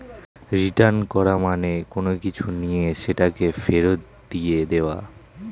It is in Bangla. রিটার্ন করা মানে কোনো কিছু নিয়ে সেটাকে ফেরত দিয়ে দেওয়া